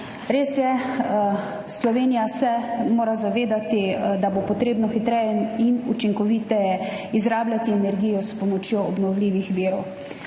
Res je, Slovenija se mora zavedati, da bo treba hitreje in učinkoviteje izrabljati energijo s pomočjo obnovljivih virov,